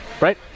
Right